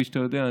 כפי שאתה יודע,